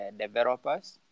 developers